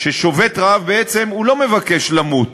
ששובת רעב בעצם לא מבקש למות,